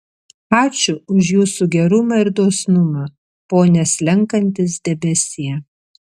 ačiū už jūsų gerumą ir dosnumą pone slenkantis debesie